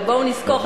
אבל בואו נזכור,